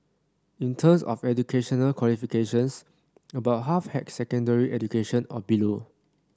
in terms of educational qualifications about half had secondary education or below